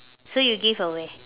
so you give away